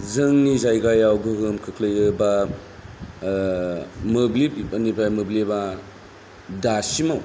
जोंनि जायगायाव गोहोम खोख्लैयोबा मोब्लिबनिफ्राय मोब्लिबा दासिमाव